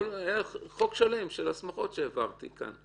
חוק שלם של הסמכות שהעברתי כאן.